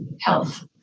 health